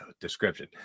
description